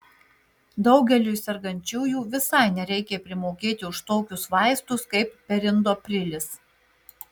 daugeliui sergančiųjų visai nereikia primokėti už tokius vaistus kaip perindoprilis